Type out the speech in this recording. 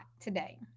today